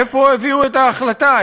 איפה הביאו את ההחלטה?